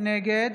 נגד